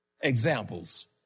Examples